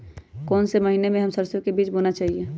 कौन से महीने में हम सरसो का बीज बोना चाहिए?